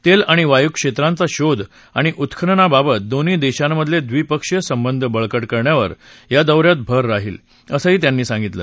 तेल आणि वायू क्षेत्रांचा शोघ आणि उत्खननाबाबत दोन्ही देशांमधले द्वीपक्षीय संबंध बळकट करण्यावर या दौ यात भर राहील असं त्यांनी सांगितलं